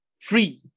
free